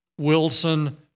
Wilson